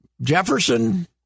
Jefferson